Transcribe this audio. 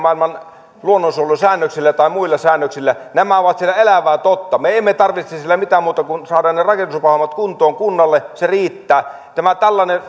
maailman luonnonsuojelusäännöksillä tai muilla säännöksillä nämä ovat siellä elävää totta me emme tarvitse siellä mitään muuta kuin sen että saadaan ne ne rakennuslupahommat kuntoon kunnalle se riittää tämä tällainen